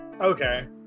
Okay